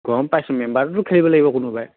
গম পাইছোঁ মেম্বাৰটো খেলিব লাগিব কোনোবাই